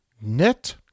Net